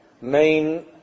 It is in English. main